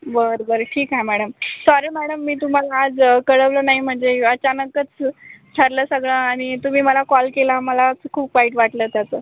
बरं बरं ठीक आहे मॅडम सॉरी मॅडम मी तुम्हाला आज कळवलं नाही म्हणजे अचानकच ठरलं सगळं आणि तुम्ही मला कॉल केला मलाच खूप वाईट वाटलं त्याचं